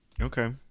Okay